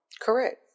Correct